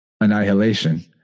annihilation